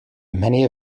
many